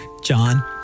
John